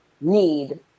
need